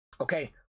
okay